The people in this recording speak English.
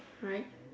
right